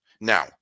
Now